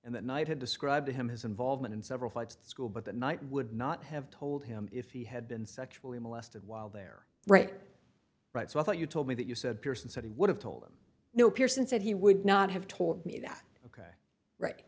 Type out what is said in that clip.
and that night had described him his involvement in several flight school but that night would not have told him if he had been sexually molested while there right right so i thought you told me that you said pierson said he would have told him no pearson said he would not have told me that ok right